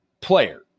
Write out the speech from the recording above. player